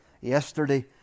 yesterday